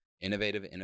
innovative